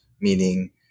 meaning